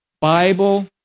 Bible